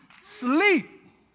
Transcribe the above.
sleep